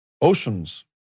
oceans